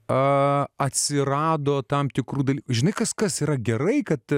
a atsirado tam tikrų dalių žinai kas kas yra gerai kad